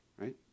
right